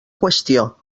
qüestió